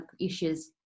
issues